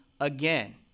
Again